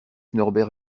norbert